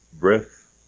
breath